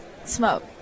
Smoke